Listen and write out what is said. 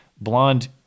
blonde